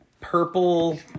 Purple